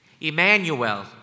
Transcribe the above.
Emmanuel